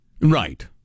Right